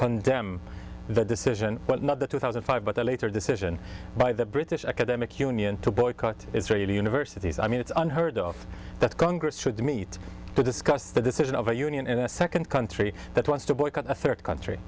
condemn the decision but not the two thousand five but a later decision by the british academic union to boycott israeli universities i mean it's unheard of that congress should meet to discuss the decision of a union in a second country that wants to boycott a third country